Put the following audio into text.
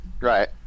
Right